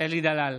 אלי דלל,